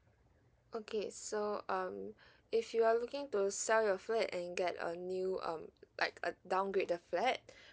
okay so um if you are looking to sell your flat and get a new um like uh downgrade the flat